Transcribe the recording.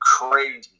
crazy